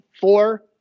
four